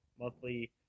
monthly